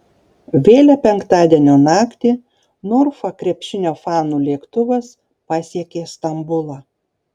vėlią penktadienio naktį norfa krepšinio fanų lėktuvas pasiekė stambulą